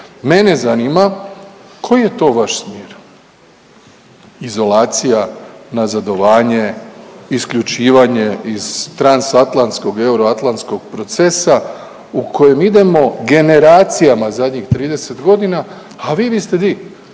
Mene zanima koji je to vaš smjer? Izolacija, nazadovanje, isključivanje iz transatlantskog, euroatlantskog procesa u kojem idemo generacijama zadnjih 30 godina. A vi biste di?